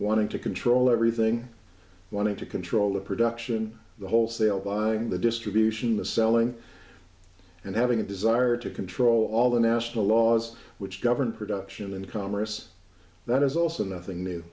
wanting to control everything wanting to control the production the wholesale buying the distribution the selling and having a desire to control all the national laws which govern production and commerce that is also nothing new